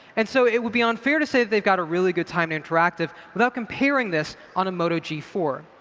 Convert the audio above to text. and so it would be unfair to say they've got a really good time to interactive without comparing this on a moto g four.